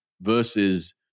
Versus